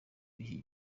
b’iki